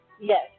Yes